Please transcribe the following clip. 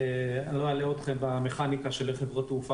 אני לא אלאה אתכם במכניקה של איך חברות תעופה